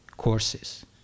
courses